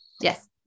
Yes